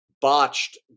botched